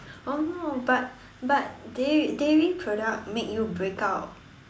oh but but dairy diary product make you break out